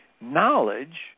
Knowledge